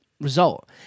result